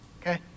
Okay